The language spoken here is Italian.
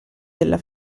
della